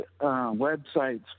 websites